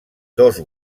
dos